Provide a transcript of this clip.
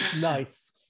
Nice